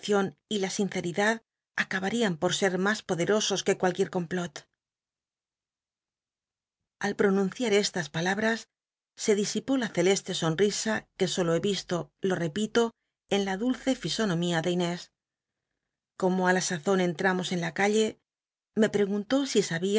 y la sinceridad acabarían por ser mas poderosos que cualquier complot al pronunciar estas palabras e disilló la celeste sonrisa que solo be visto lo repito en la dulce llsonomia de inés como á la sazon entramos en la calle me pcguntó si sabia